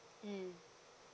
mmhmm